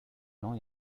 know